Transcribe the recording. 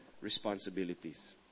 responsibilities